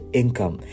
income